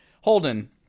Holden